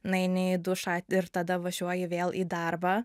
nueini į dušą ir tada važiuoji vėl į darbą